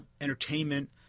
entertainment